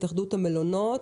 התאחדות המלונות,